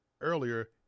earlier